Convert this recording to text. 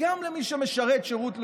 וגם למי שמשרת שירות לאומי,